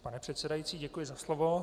Pane předsedající, děkuji za slovo.